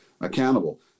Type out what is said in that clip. accountable